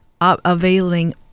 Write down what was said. availing